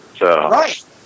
Right